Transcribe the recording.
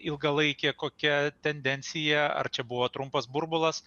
ilgalaikė kokia tendencija ar čia buvo trumpas burbulas